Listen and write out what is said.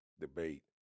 debate